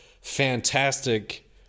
fantastic